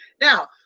Now